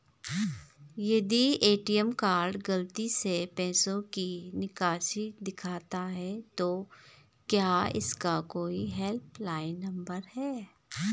यदि ATM card गलती से पैसे की निकासी दिखाता है तो क्या इसका कोई हेल्प लाइन नम्बर है?